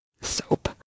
soap